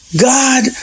God